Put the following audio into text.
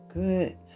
Good